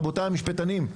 רבותיי המשפטנים.